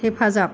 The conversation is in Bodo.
हेफाजाब